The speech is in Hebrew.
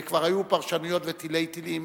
וכבר היו פרשנויות ותלי תלים.